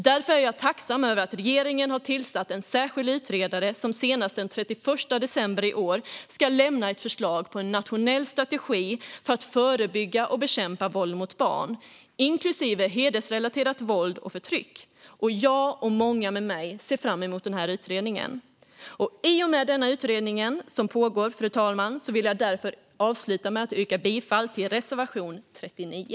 Därför är jag tacksam över att regeringen har tillsatt en särskild utredare som senast den 31 december i år ska lämna ett förslag på en nationell strategi för att förebygga och bekämpa våld mot barn, inklusive hedersrelaterat våld och förtryck. Jag och många med mig ser fram emot den här utredningen. I och med att denna utredning pågår, fru talman, vill jag avsluta med att yrka bifall till reservation 39.